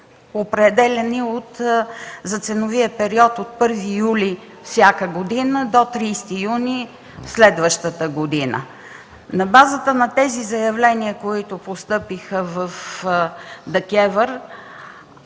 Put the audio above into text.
определяни за ценовия период от 1 юли всяка година до 30 юни следващата година. На базата на тези заявления, които постъпиха в ДКЕВР,